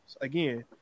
again